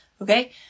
okay